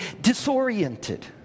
disoriented